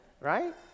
right